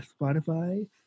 Spotify